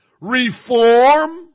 reform